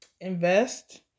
invest